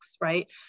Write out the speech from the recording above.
right